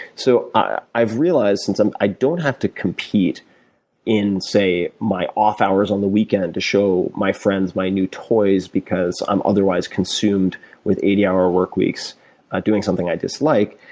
so, i've realized since i don't have to compete in, say, my off hours on the weekend to show my friends my new toys because i'm otherwise consumed with eighty hour work weeks doing something i dislike.